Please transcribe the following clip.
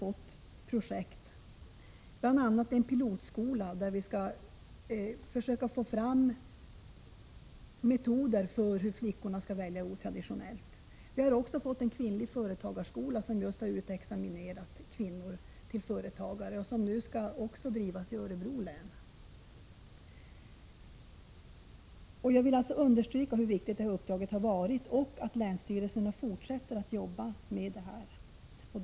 Det gäller bl.a. en pilotskola, där vi skall försöka få fram metoder för hur flickorna kan välja otraditionellt. Vi har också fått en skola för utbildning av kvinnliga företagare, som just har utexaminerat första kullen — motsvarande utbildning skall nu komma i gång i Örebro län. Jag vill alltså understryka hur viktigt det här uppdraget har varit och också hur angeläget det är att länsstyrelserna fortsätter att jobba med de här frågorna.